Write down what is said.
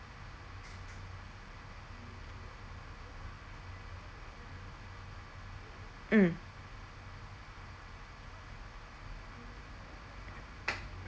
mm